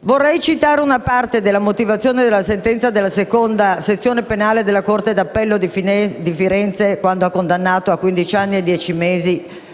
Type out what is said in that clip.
Vorrei citare una parte della motivazione della sentenza della seconda sezione penale della corte d'appello di Firenze, quando ha condannato a quindici anni